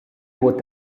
would